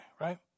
right